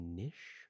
niche